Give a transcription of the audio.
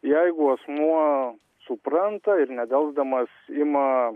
jeigu asmuo supranta ir nedelsdamas ima